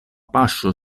paŝo